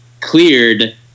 cleared